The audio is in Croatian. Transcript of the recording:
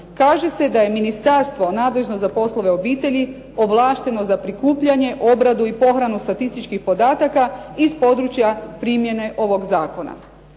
kaže se da je ministarstvo nadležno za poslove obitelji ovlašteno za prikupljanje, obradu i pohranu statističkih podataka iz područja primjene ovog zakona.